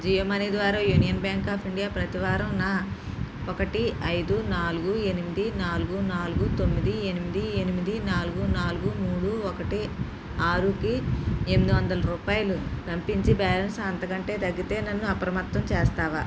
Jio money ద్వారా union bank of India ప్రతివారం నా ఒకటి ఐదు నాలుగు ఎనిమిది నాలుగు నాలుగు తొమ్మిది ఎనిమిది ఎనిమిది నాలుగు నాలుగు మూడు ఒకటి ఆరుకి ఎనిమిది వందల రూపాయలు పంపించి బ్యాలన్స్ అంతకంటే తగ్గితే నన్ను అప్రమత్తం చేస్తావా